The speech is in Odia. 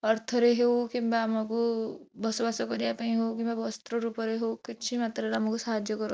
ଅର୍ଥରେ ହେଉ କିମ୍ବା ଆମକୁ ବସବାସ କରିବାପାଇଁ ହଉ କିମ୍ବା ବସ୍ତ୍ରରୂପରେ ହଉ କିଛିମାତ୍ରାରେ ଆମକୁ ସାହାଯ୍ୟ କର